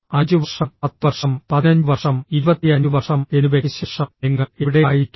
5 വർഷം 10 വർഷം 15 വർഷം 25 വർഷം എന്നിവയ്ക്ക് ശേഷം നിങ്ങൾ എവിടെയായിരിക്കും